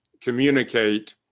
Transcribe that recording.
communicate